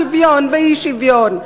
שוויון ואי-שוויון,